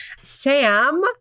Sam